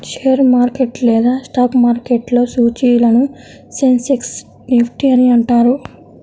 share market లేదా stock మార్కెట్లో సూచీలను సెన్సెక్స్, నిఫ్టీ అని అంటారు